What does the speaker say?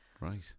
Right